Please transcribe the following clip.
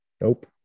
Nope